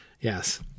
Yes